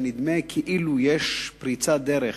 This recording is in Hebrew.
ונדמה כאילו יש פריצת דרך,